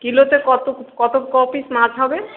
কিলোতে কত কত ক পিস মাছ হবে